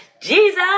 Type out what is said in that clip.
Jesus